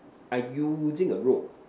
I using a rope